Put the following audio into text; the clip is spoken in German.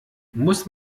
muss